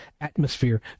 atmosphere